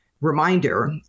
reminder